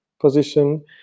position